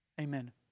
Amen